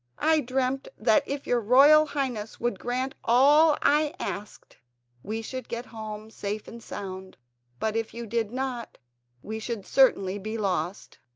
i dreamt that if your royal highness would grant all i asked we should get home safe and sound but if you did not we should certainly be lost.